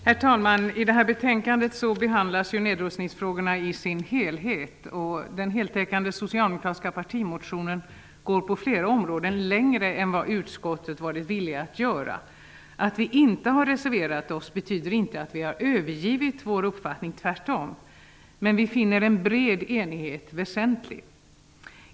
Herr talman! I det här betänkandet behandlas nedrustningsfrågorna i sin helhet. Den heltäckande socialdemokratiska partimotionen går på flera områden längre än vad utskottet varit villigt att göra. Att vi inte har reserverat oss betyder inte att vi övergivit vår uppfattning -- tvärtom -- men vi finner en bred enighet väsentlig.